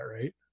right